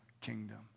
kingdom